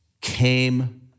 came